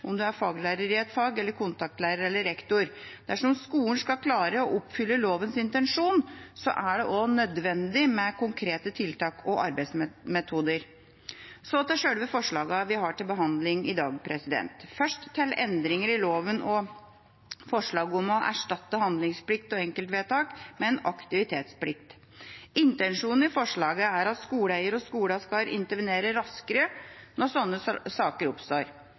om en er faglærer i et fag, kontaktlærer eller rektor. Dersom skolene skal klare å oppfylle lovas intensjon, er det også nødvendig med konkrete tiltak og arbeidsmetoder. Så til selve forslagene vi har til behandling i dag. Først til endringer i lova og forslaget om å erstatte handlingsplikt og enkeltvedtak med en aktivitetsplikt. Intensjonen i forslaget er at skoleeier og skolene skal intervenere raskere når slike saker oppstår.